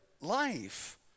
life